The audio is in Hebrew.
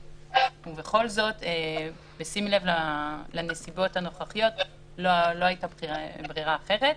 אבל בשים לב לנסיבות הנוכחיות לא הייתה ברירה אחרת.